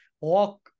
walk